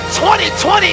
2020